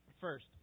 First